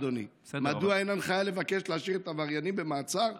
אדוני: מדוע אין הנחיה לבקש להשאיר את העבריינים במעצר?